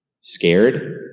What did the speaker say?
scared